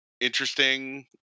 interesting